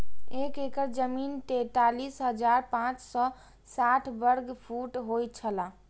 एक एकड़ जमीन तैंतालीस हजार पांच सौ साठ वर्ग फुट होय छला